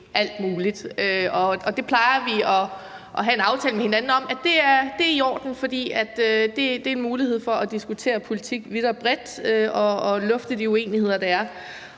alt muligt. Det plejer vi at have en aftale med hinanden om er i orden, for det er en mulighed for at diskutere politik vidt og bredt og lufte de uenigheder, der er.